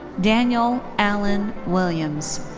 daniel allen williams.